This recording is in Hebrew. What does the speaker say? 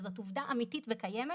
וזו עובדה אמיתית וקיימת.